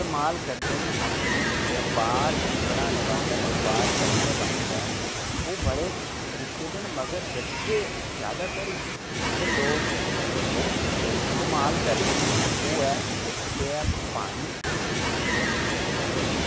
इस्तेमाल करदे न अपने ब्यापार गी बढ़ाने वास्तै व्यापार करने वास्तै ओह् बड़े तरीके दे न मल्के जद्के जादातर इत्थै लोक ओह् इस्तेमाल करदे न ओह् ऐ इक ते ऐ पानी ते दूई ऐ लकड़ी